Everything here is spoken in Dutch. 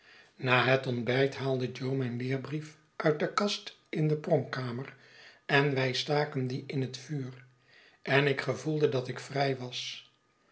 na het ontbijt haalde jo mijn leerbrief uit de kast in de pronkkamer en wij staken dien in t vuur en ik gevoelde dat ik vrij was